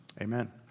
Amen